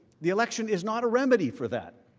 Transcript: the election is not a remedy for that.